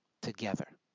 together